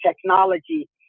technology